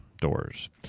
doors